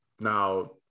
Now